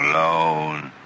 Alone